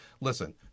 listen